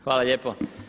Hvala lijepo.